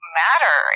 matter